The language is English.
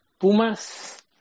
Pumas